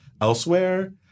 elsewhere